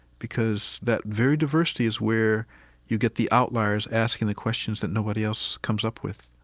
because that very diversity is where you get the outlyers asking the question that nobody else comes up with